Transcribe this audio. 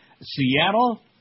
Seattle